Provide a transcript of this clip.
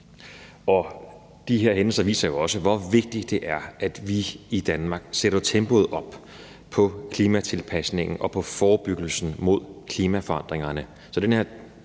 Og de her hændelser viser jo også, hvor vigtigt det er, at vi i Danmark sætter tempoet op for klimatilpasningen og forebyggelsen i forhold til klimaforandringerne.